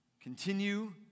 Continue